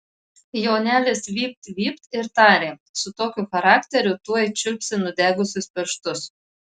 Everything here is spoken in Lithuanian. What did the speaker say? jonelis vypt vypt ir tarė su tokiu charakteriu tuoj čiulpsi nudegusius pirštus